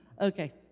Okay